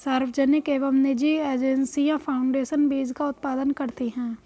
सार्वजनिक एवं निजी एजेंसियां फाउंडेशन बीज का उत्पादन करती है